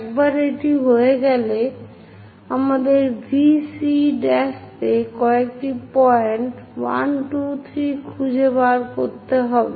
একবার এটি হয়ে গেলে আমাদের VC'তে কয়েকটি পয়েন্ট 1 2 3 খুঁজে বের করতে হবে